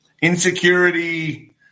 Insecurity